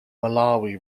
malawi